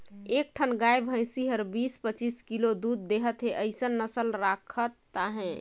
एक ठन गाय भइसी हर बीस, पचीस किलो दूद देहत हे अइसन नसल राखत अहे